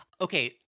Okay